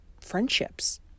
friendships